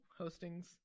hostings